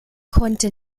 konnte